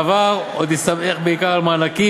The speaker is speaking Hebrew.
בעבר הוא הסתמך בעיקר על מענקים,